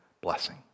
blessing